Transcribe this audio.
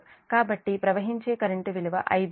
కాబట్టి ప్రవహించే కరెంట్ విలువ IbIc